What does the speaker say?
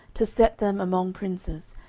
to set them among princes,